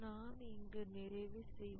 நாம் இங்கு நிறைவு செய்வோம்